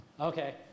Okay